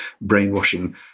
brainwashing